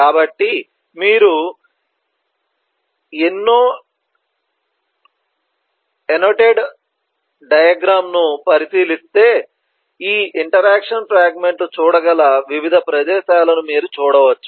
కాబట్టి మీరు ఈ ఎన్నో టెడ్ డయాగ్రమ్ ను పరిశీలిస్తే ఈ ఇంటరాక్షన్ ఫ్రాగ్మెంట్ లు చూడగల వివిధ ప్రదేశాలను మీరు చూడవచ్చు